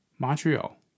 Montreal